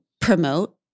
promote